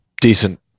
decent